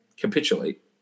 capitulate